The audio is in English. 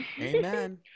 Amen